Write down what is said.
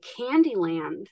Candyland